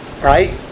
Right